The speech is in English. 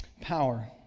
power